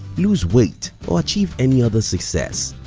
lose weight or achieve any other success,